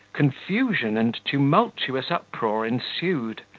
confusion and tumultuous uproar ensued.